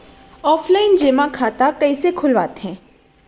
Offline जेमा खाता कइसे खोलवाथे?